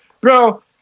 bro